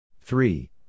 three